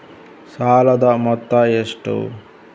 ಸಾಲದ ಮೊತ್ತ ಎಷ್ಟು?